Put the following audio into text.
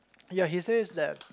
ya he says that